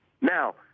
Now